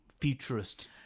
futurist